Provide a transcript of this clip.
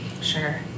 Sure